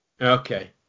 Okay